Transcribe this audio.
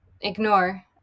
ignore